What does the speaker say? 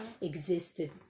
existed